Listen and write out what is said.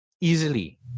easily